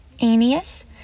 Aeneas